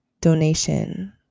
donation